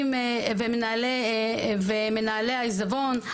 ומנהלי העיזבון,